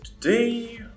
today